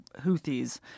Houthis